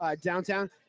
downtown